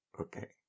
Okay